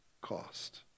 cost